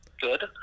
good